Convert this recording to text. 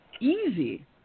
easy